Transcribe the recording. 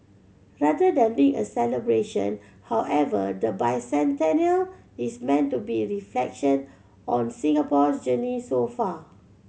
rather than being a celebration however the bicentennial is meant to be the reflection on Singapore's journey so far